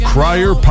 Crier